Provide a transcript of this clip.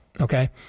okay